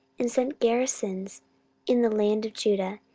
and set garrisons in the land of judah,